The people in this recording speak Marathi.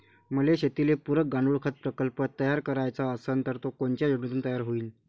मले शेतीले पुरक गांडूळखत प्रकल्प तयार करायचा असन तर तो कोनच्या योजनेतून तयार होईन?